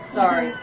Sorry